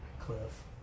Cliff